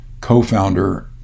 Co-Founder